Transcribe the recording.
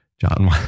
John